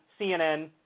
CNN